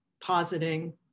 positing